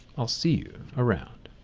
i'll see you around.